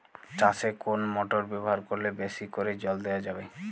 চাষে কোন মোটর ব্যবহার করলে বেশী করে জল দেওয়া যাবে?